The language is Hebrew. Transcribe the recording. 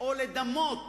או לדמות